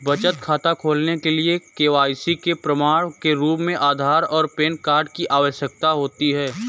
बचत खाता खोलने के लिए के.वाई.सी के प्रमाण के रूप में आधार और पैन कार्ड की आवश्यकता होती है